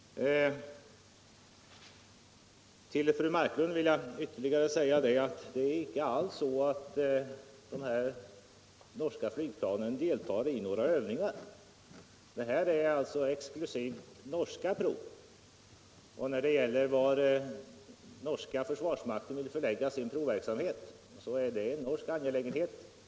Till fru Marklund vill jag ytterligare säga att det icke alls förhåller sig så, att de här norska flygplanen deltar i några övningar. Hiär rör det sig om exklusivt norska prov, och var den norska försvarsmakten vill förlägga sin provverksamhet är en norsk angelägenhet.